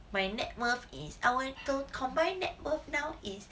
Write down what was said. by net worth is our combined net worth now is